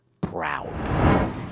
Proud